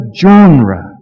genre